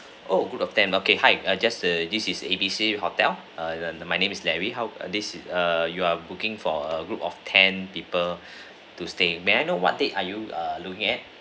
oh group of ten okay hi just err this is A B C hotel err my name is larry how err this is err you are booking for a group of ten people to stay may I know what date are you err looking at